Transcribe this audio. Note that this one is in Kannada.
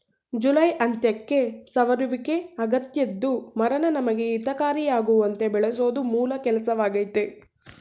ಜುಲೈ ಅಂತ್ಯಕ್ಕೆ ಸವರುವಿಕೆ ಅಗತ್ಯದ್ದು ಮರನ ನಮಗೆ ಹಿತಕಾರಿಯಾಗುವಂತೆ ಬೆಳೆಸೋದು ಮೂಲ ಕೆಲ್ಸವಾಗಯ್ತೆ